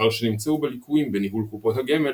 לאחר שנמצאו בה ליקויים בניהול קופות הגמל